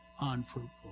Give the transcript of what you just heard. Unfruitful